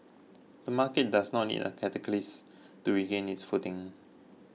the market does not need a catalyst to regain its footing